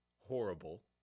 horrible